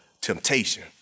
temptation